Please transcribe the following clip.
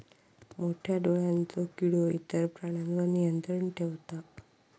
मोठ्या डोळ्यांचो किडो इतर प्राण्यांवर नियंत्रण ठेवता